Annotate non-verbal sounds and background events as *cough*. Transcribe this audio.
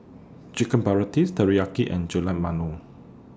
Chicken *unintelligible* Teriyaki and Gulab *unintelligible*